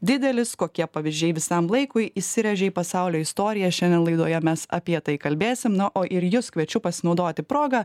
didelis kokie pavyzdžiai visam laikui įsiręžė į pasaulio istoriją šiandien laidoje mes apie tai kalbėsim na o ir jus kviečiu pasinaudoti proga